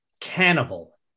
cannibal